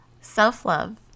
self-love